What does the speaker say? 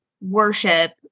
worship